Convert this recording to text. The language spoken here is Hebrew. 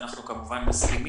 אנחנו כמובן מסכימים.